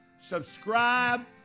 subscribe